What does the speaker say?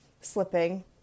slipping